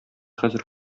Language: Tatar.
хәзер